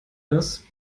was